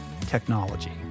technology